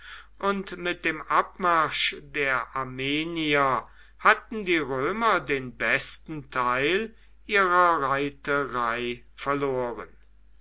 und mit dem abmarsch der armenier hatten die römer den besten teil ihrer reiterei verloren